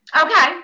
Okay